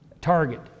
target